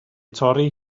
torri